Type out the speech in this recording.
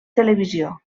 televisió